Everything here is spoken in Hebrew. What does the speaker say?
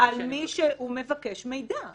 על מי שהוא מבקש מידע.